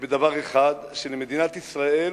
בדבר אחד: שלמדינת ישראל